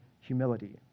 humility